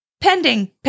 Pending